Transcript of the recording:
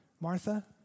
Martha